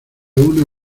una